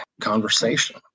conversation